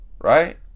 right